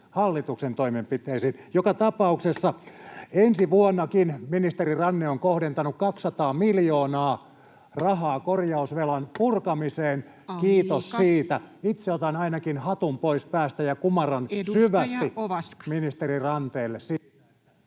tapauksessa ensi vuonnakin ministeri Ranne on kohdentanut 200 miljoonaa rahaa korjausvelan purkamiseen, [Puhemies: Aika!] kiitos siitä. Itse otan ainakin hatun pois päästä ja kumarran syvästi ministeri Ranteelle...